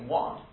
one